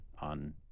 on